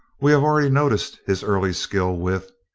we have already noticed his early skill with,